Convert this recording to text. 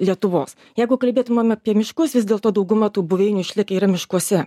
lietuvos jeigu kalbėtumėm apie miškus vis dėlto dauguma tų buveinių išlikę yra miškuose